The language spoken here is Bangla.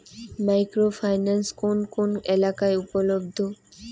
মাইক্রো ফাইন্যান্স কোন কোন এলাকায় উপলব্ধ?